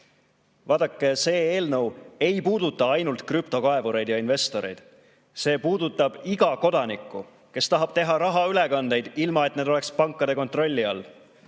see eelnõu ei puuduta ainult krüptokaevureid ja investoreid. See puudutab iga kodanikku, kes tahab teha rahaülekandeid, ilma et need oleks pankade kontrolli all.